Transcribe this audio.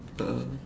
a'ah